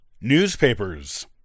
newspapers